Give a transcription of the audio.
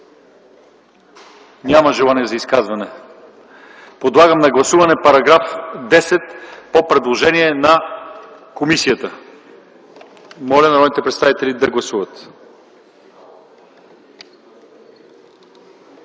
Желания за изказвания? Няма. Подлагам на гласуване § 10 по предложение на комисията. Моля народните представители да гласуват.